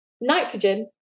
nitrogen